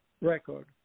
record